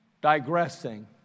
digressing